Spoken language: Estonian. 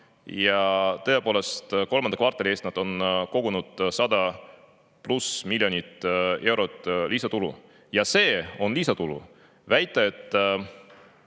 Tõepoolest, kolmanda kvartali eest on nad kogunud 100 pluss miljonit eurot lisatulu. Ja see on lisatulu. Väita, et